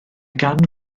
gan